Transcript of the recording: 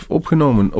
opgenomen